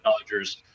dodgers